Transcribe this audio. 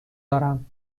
دارم